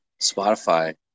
Spotify